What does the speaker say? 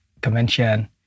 convention